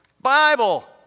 Bible